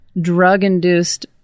drug-induced